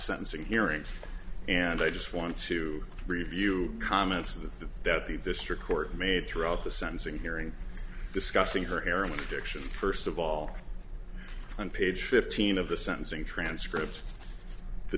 sentencing hearing and i just want to review comments that the that the district court made throughout the sentencing hearing discussing her heroin addiction first of all on page fifteen of the sentencing transcript the